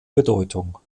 bedeutung